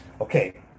Okay